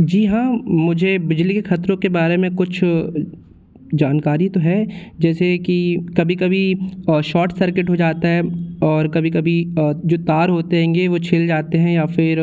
जी हाँ मुझे बिजली के खतरों के बारे में कुछ जानकारी तो है जैसे कि कभी कभी शॉट सर्किट हो जाता है और कभी कभी जो तार होते हैं हैंगे वो छिल जाते हैं या फिर